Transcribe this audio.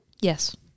yes